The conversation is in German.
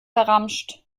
verramscht